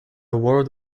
word